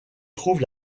trouve